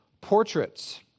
portraits